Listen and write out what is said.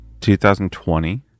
2020